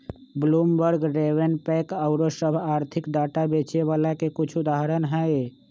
Bloomberg, RavenPack आउरो सभ आर्थिक डाटा बेचे बला के कुछ उदाहरण हइ